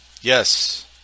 Yes